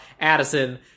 Addison